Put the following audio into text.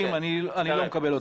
אני לא מקבל אותו.